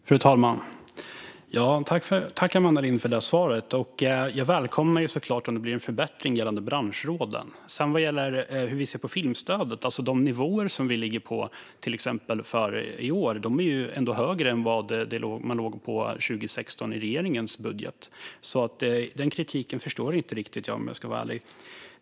Fru talman! Tack, Amanda Lind, för svaret! Jag välkomnar såklart en förbättring gällande branschråden. Vad gäller hur vi ser på filmstödet och de nivåer vi ligger på, exempelvis i år, är de ändå högre än 2016 i regeringens budget. Den kritiken förstår jag inte riktigt, om jag ska vara ärlig.